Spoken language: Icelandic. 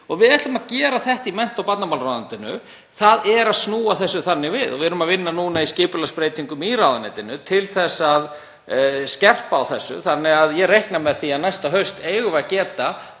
og við ætlum að gera þetta í mennta- og barnamálaráðuneytinu, þ.e. að snúa þessu þannig við. Við erum að vinna núna í skipulagsbreytingum í ráðuneytinu til að skerpa á þessu þannig að ég reikna með því að næsta haust eigum við að geta